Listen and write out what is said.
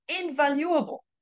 invaluable